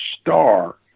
star